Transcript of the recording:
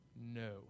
no